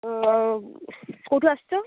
କେଉଁଠୁ ଆସିଛ